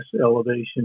elevation